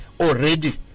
already